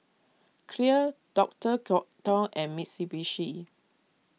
Clear Doctor Oetker and Mitsubishi